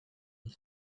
year